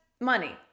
money